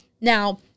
Now